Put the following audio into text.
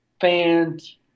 fans